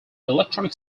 electronic